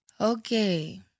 Okay